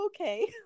okay